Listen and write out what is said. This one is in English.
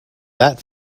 that